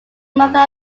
mother